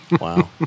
Wow